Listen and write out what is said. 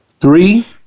three